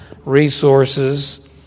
resources